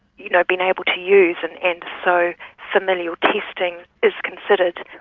you know, been able to use, and and so familial testing is considered.